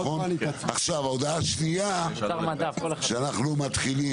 ההודעה השנייה שאנחנו מתחילים